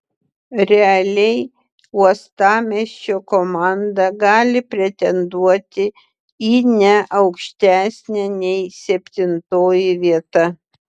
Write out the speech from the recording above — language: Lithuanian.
realiai uostamiesčio komanda gali pretenduoti į ne aukštesnę nei septintoji vieta